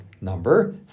number